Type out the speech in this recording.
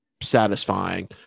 satisfying